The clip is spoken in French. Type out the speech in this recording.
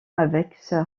avec